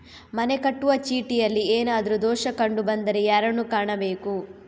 ಮನೆಗೆ ಕಟ್ಟುವ ಚೀಟಿಯಲ್ಲಿ ಏನಾದ್ರು ದೋಷ ಕಂಡು ಬಂದರೆ ಯಾರನ್ನು ಕಾಣಬೇಕು?